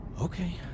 okay